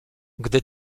gdy